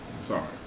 Sorry